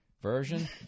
version